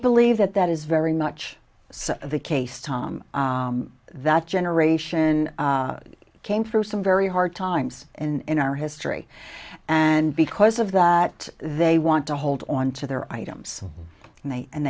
believe that that is very much so the case tom that generation came through some very hard times in our history and because of that they want to hold on to their items and they and